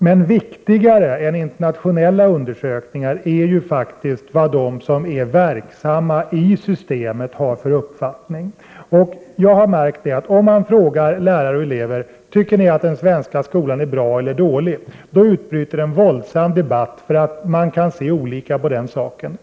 Men viktigare än internationella undersökningar är ju faktiskt vad de som är verksamma i systemet har för uppfattning. Jag har märkt att om man frågar lärare och elever om de tycker att den svenska skolan är bra eller dålig, då utbryter en våldsam debatt, för man kan se olika på den här saken.